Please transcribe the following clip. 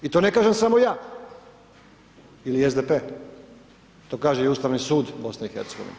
I to ne kažem samo ja, ili SDP, to kaže i Ustavni sud BIH.